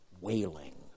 wailing